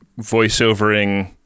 voiceovering